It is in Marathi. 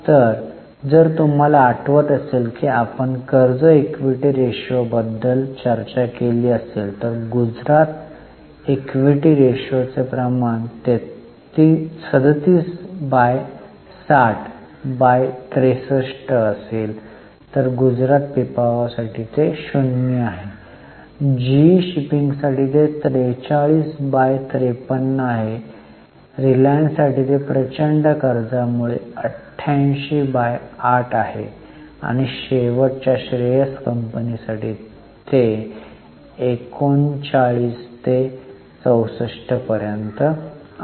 तर जर तुम्हाला आठवत असेल की आपण कर्ज इक्विटी रेशो बद्दल चर्चा केली असेल तर गुजरात इक्विटी रेशोचे प्रमाण 37 बाय 60 by 63 असेल गुजरात पिपवाव ते 0 आहे जीई शिपिंगसाठी ते 43 बाय 53 आहे रिलायन्ससाठी ते प्रचंड कर्जामुळे 88 बाय 8 आहे आणि शेवटच्या श्रेयस कंपनीसाठी ती 39 ते 64 पर्यंत आहे